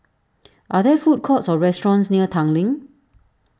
are there food courts or restaurants near Tanglin